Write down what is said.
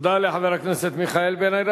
תודה לחבר הכנסת מיכאל בן-ארי.